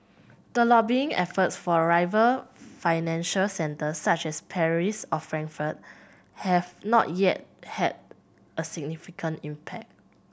the lobbying efforts for rival financial centres such as Paris or Frankfurt have not yet had a significant impact